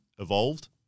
evolved